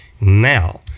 now